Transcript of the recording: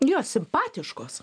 jos simpatiškos